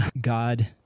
God